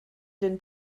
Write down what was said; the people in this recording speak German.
den